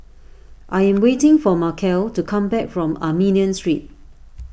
I am waiting for Markell to come back from Armenian Street